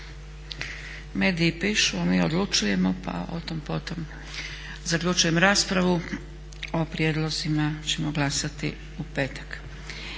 Mediji pišu, a mi odlučujemo pa otom potom. Zaključujem raspravu. O prijedlozima ćemo glasati u petak.